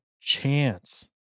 chance